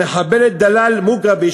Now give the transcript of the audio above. המחבלת דלאל מוגרבי,